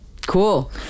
Cool